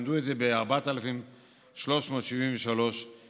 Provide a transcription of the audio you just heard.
למדו את זה ב-4,373 כיתות.